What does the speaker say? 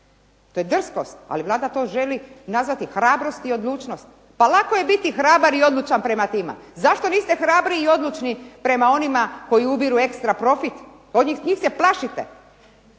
to je drskost, ali Vlada to želi nazvati hrabrost i odlučnost. Pa lako je biti hrabar i odlučan prema tima. Zašto niste hrabri i odlučni prema onima koji ubiru ekstra profit? Kod njih, njih se plašite.